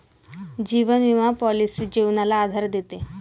जीवन विमा पॉलिसी जीवनाला आधार देते